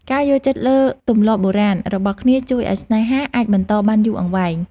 ការយល់ចិត្តលើទម្លាប់បុរាណរបស់គ្នាជួយឱ្យស្នេហាអាចបន្តបានយូរអង្វែង។